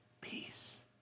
peace